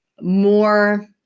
more